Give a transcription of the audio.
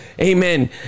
Amen